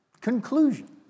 conclusion